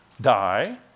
die